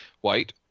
white